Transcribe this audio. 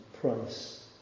price